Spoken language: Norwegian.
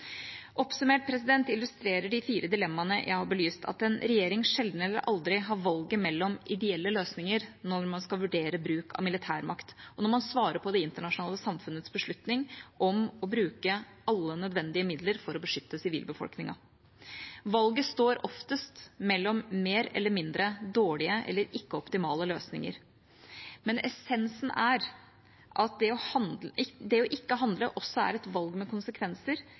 Oppsummert illustrerer de fire dilemmaene jeg har belyst, at en regjering sjelden eller aldri har valget mellom ideelle løsninger når man skal vurdere bruk av militærmakt, og når man svarer på det internasjonale samfunnets beslutning om å bruke alle nødvendige midler for å beskytte sivilbefolkningen. Valget står oftest mellom mer eller mindre dårlige, eller ikke optimale, løsninger. Men essensen er at det å ikke handle også er et valg med konsekvenser